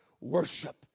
worship